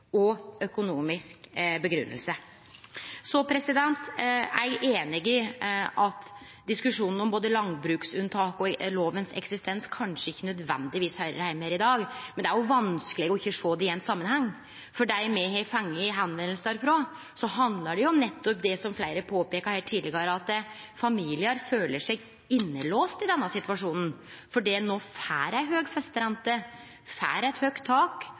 og økonomisk grunngjeving. Så er eg einig i at diskusjonen om både landbruksunntak og lovens eksistens kanskje ikkje nødvendigvis høyrer heime her i dag, men det er jo vanskeleg ikkje å sjå det i ein samanheng. For dei som har kontakta oss, handlar det nettopp om det som fleire har påpeikt her tidlegare, at familiar føler seg innelåste i denne situasjonen, fordi dei no får ei høg festerente, får eit høgt tak,